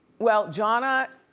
well, jahna